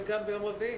וגם ביום רביעי.